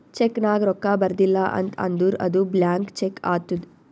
check ನಾಗ್ ರೊಕ್ಕಾ ಬರ್ದಿಲ ಅಂತ್ ಅಂದುರ್ ಅದು ಬ್ಲ್ಯಾಂಕ್ ಚೆಕ್ ಆತ್ತುದ್